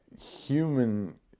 human